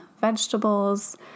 vegetables